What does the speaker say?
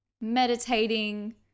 meditating